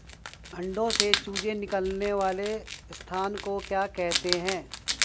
अंडों से चूजे निकलने वाले स्थान को क्या कहते हैं?